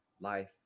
life